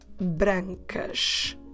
brancas